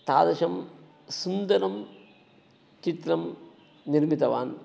तादृशं सुन्दरं चित्रं निर्मितवान्